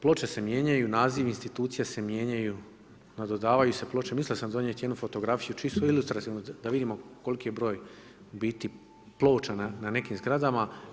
Ploče se mijenjaju, nazivi institucija se mijenjaju, nadodavaju se ploče, mislio sam vam donijeti jednu fotografiju, čisto ilustrativno da vidimo koliki je broj u biti ploča na nekim zgradama.